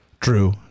True